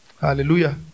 Hallelujah